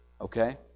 Okay